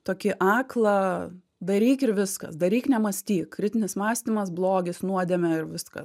tokį aklą daryk ir viskas daryk nemąstyk kritinis mąstymas blogis nuodėmė ir viska